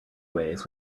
ways